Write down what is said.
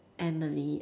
Emily